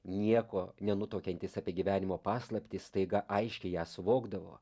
nieko nenutuokiantys apie gyvenimo paslaptį staiga aiškiai ją suvokdavo